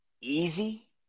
easy